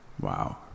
wow